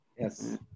Yes